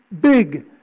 big